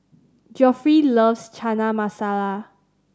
Geoffrey loves Chana Masala